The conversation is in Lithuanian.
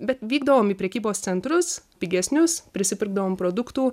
bet vykdavom į prekybos centrus pigesnius prisipirkdavom produktų